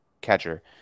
catcher